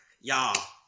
y'all